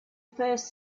first